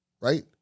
right